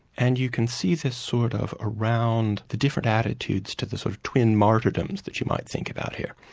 and you can see this sort of around the different attitude to the sort of twin martyrdoms that you might think about here.